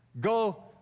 Go